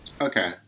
Okay